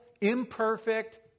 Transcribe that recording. imperfect